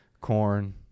corn